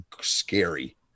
scary